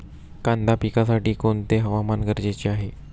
कांदा पिकासाठी कोणते हवामान गरजेचे आहे?